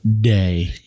day